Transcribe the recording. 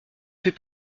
fait